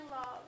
love